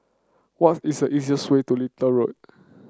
what is the easiest way to Little Road